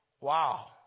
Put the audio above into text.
Wow